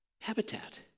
habitat